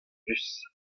bus